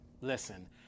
Listen